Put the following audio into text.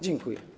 Dziękuję.